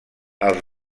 els